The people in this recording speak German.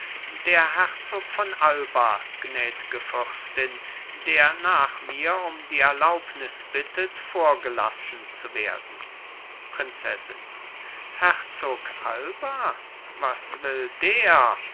der herzog von alba gnädge fürstin der nach mir um die erlaubnis bittet vorgelassen zu werden prinzessin herzog alba was will der